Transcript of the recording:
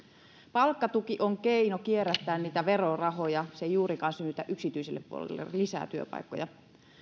palkkatuki on keino kierrättää verorahoja se ei juurikaan synnytä yksityiselle puolelle lisää työpaikkoja